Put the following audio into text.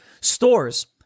Stores